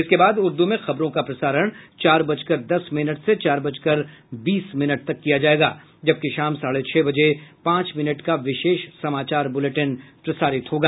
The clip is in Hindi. इसके बाद उर्दू में खबरों का प्रसारण चार बजकर दस मिनट से चार बजकर बीस मिनट तक किया जायेगा जबकि शाम साढ़े छह बजे पांच मिनट का विशेष समाचार ब्रुलेटिन प्रसारित होगा